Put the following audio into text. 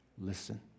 listen